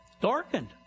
Darkened